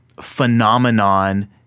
phenomenon